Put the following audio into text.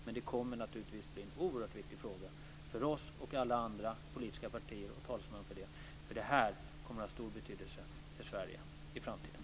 Men det kommer naturligtvis att bli en oerhört viktig fråga för oss och alla andra politiska partier och talesmän för dem. Det här kommer att ha stor betydelse för Sverige i framtiden.